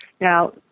Now